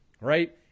right